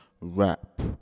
rap